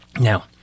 Now